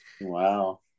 Wow